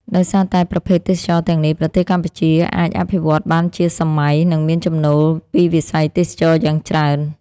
ដោយសារតែប្រភេទទេសចរណ៍ទាំងនេះ ប្រទេសកម្ពុជាអាចអភិវឌ្ឍបានជាសម័យ និងមានចំណូលពីវិស័យទេសចរណ៍យ៉ាងច្រើន។